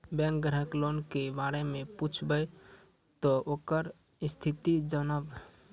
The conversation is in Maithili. बैंक ग्राहक लोन के बारे मैं पुछेब ते ओकर स्थिति जॉनब?